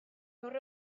gaur